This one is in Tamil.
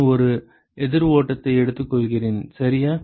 நான் ஒரு எதிர் ஓட்டத்தை எடுத்துக்கொள்கிறேன் சரியா